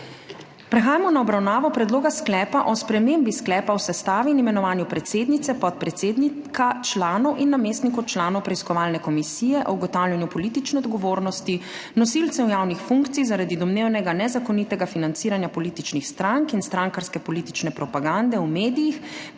Prehajamo na obravnavo Predloga sklepa o spremembi Sklepa o sestavi in imenovanju predsednice, podpredsednika, članov in namestnikov članov Preiskovalne komisije o ugotavljanju politične odgovornosti nosilcev javnih funkcij zaradi domnevnega nezakonitega financiranja političnih strank in strankarske politične propagande v medijih